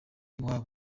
iwabo